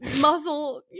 muscle